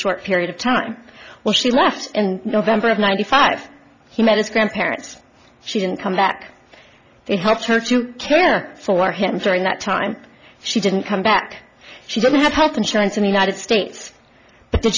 short period of time well she left in november of ninety five he met his grandparents she didn't come back they helped her to care for him during that time she didn't come back she didn't have health insurance in the united states d